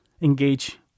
engage